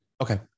Okay